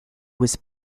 was